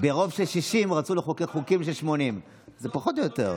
ברוב של 60 רצו לחוקק חוקים של 80. זה פחות או יותר.